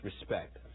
respect